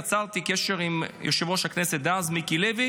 יצרתי קשר עם יושב-ראש הכנסת דאז מיקי לוי